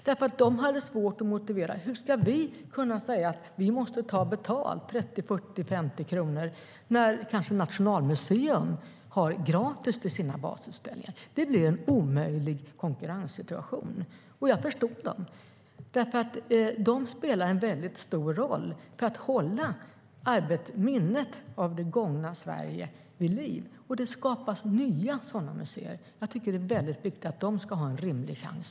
De hade svårt att motivera att de var tvungna att ta betalt, 30, 40, 50 kronor, när kanske Nationalmuseum hade gratis entré till sina basutställningar. Det blev en omöjlig konkurrenssituation. Jag förstår dem. De spelar en stor roll för att hålla minnet av det gångna Sverige vid liv. Det skapas nya sådana museer. Jag tycker att det är viktigt att de ska ha en rimlig chans.